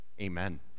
Amen